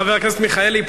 חבר הכנסת מיכאלי,